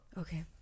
Okay